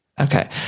Okay